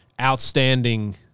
outstanding